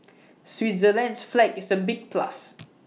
Switzerland's flag is A big plus